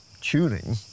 tuning